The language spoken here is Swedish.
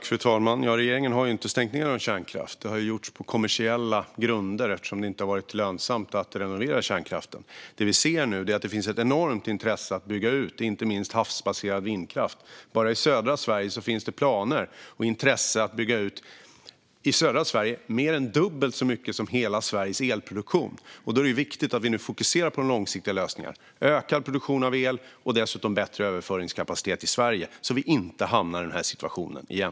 Fru talman! Regeringen har inte stängt ned någon kärnkraft. Det har gjorts på kommersiella grunder eftersom det inte har varit lönsamt att renovera kärnkraften. Det vi ser nu är att det finns ett enormt intresse av att bygga ut inte minst havsbaserad vindkraft. Bara i södra Sverige finns planer på och intresse av att bygga ut mer än dubbelt så mycket som hela Sveriges elproduktion. Då är det viktigt att vi nu fokuserar på långsiktiga lösningar som en ökad produktion av el och dessutom bättre överföringskapacitet i Sverige så att vi inte hamnar i den här situationen igen.